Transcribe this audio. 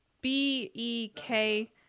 B-E-K